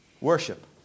Worship